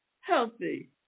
Healthy